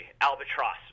albatross